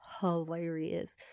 hilarious